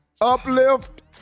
uplift